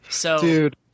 Dude